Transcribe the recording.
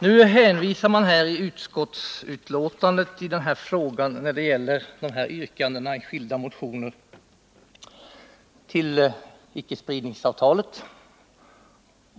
I utskottsbetänkandet hänvisar man som svar på yrkanden i skilda motioner till icke-spridningsavtalet.